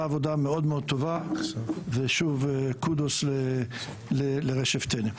עבודה מאוד-מאוד טובה ושוב kudos לרשף טנא.